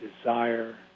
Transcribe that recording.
desire